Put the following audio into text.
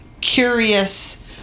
curious